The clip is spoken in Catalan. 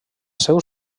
seu